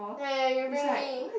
ya ya you bring me